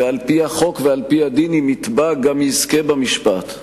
ועל-פי החוק ועל-פי הדין אם יתבע גם יזכה במשפט,